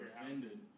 offended